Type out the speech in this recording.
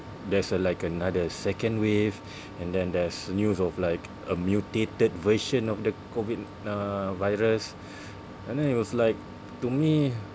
there's a like another second wave and then there's news of like a mutated version of the COVID uh virus and then it was like to me